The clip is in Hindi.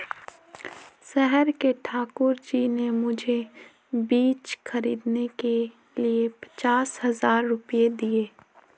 शहर के ठाकुर जी ने मुझे बीज खरीदने के लिए पचास हज़ार रूपये दिए